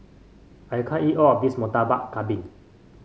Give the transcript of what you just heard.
I can't eat all of this Murtabak Kambing